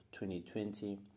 2020